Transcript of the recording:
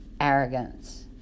arrogance